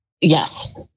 yes